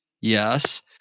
Yes